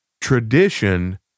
Tradition